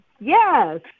Yes